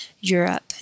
Europe